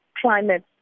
climate